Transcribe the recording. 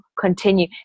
continue